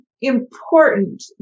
important